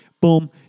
boom